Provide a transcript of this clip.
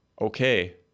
okay